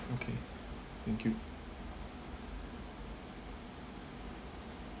okay thank you